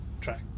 track